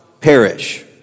perish